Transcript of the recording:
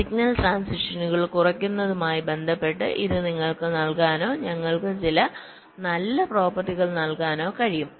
signal ട്രാൻസിഷനുകൾ കുറയ്ക്കുന്നതുമായി ബന്ധപ്പെട്ട് ഇത് നിങ്ങൾക്ക് നൽകാനോ ഞങ്ങൾക്ക് ചില നല്ല പ്രോപ്പർട്ടികൾ നൽകാനോ കഴിയും